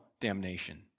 damnation